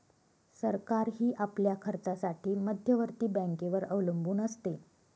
सरकारही आपल्या खर्चासाठी मध्यवर्ती बँकेवर अवलंबून असते